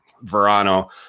Verano